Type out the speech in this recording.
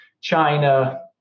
China